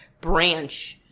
branch